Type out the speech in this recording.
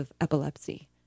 epilepsy